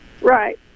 Right